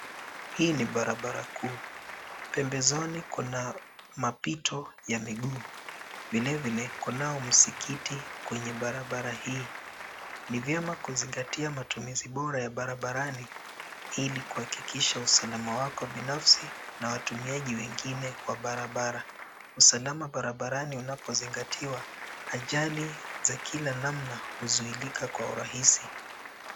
Hii ni barabara kuu. Pembezoni kuna mapito ya mguu. Vilevile kunao msikiti kwenye barabara hii. Ni vyema kuzingatia matumizi bora ya barabarani ili kuhakikisha usalama wako binafsi na watumiaji wengine wa barabara. Usalama barabarani unapozingatiwa, ajali za kila namna huzuilika kwa urahisi.